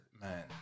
man